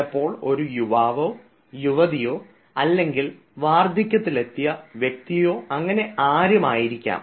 ചിലപ്പോൾ ഒരു യുവാവോ യുവതിയോ അല്ലെങ്കിൽ വാർദ്ധക്യത്തിലെത്തിയ വ്യക്തിയോ അങ്ങനെ ആരും ആയിരിക്കാം